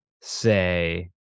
say